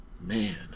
Man